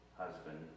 husband